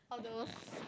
all those